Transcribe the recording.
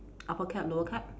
upper cap lower cap